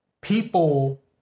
people